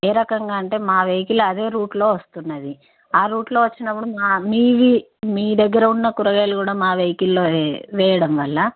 ఏ రకంగా అంటే మా వెహికల్ అదే రూట్లో వస్తుంది ఆ రూట్లో వచ్చినప్పుడు మా మీవి మీ దగ్గర ఉన్న కూరగాయలు కూడా మా వెహికల్లో వేయడం వల్ల